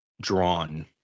drawn